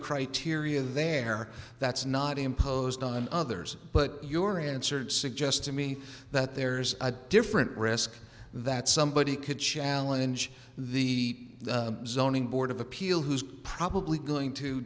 criteria there that's not imposed on others but your answered suggest to me that there's a different risk that somebody could challenge the zoning board of appeal who's probably going to